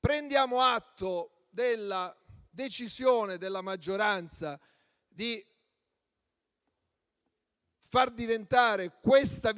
Prendiamo atto della decisione della maggioranza di far diventare questa